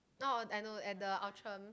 now or I know at the Outram